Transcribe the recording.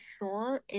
sure